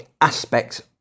aspects